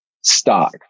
stock